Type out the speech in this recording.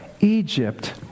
Egypt